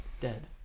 Dead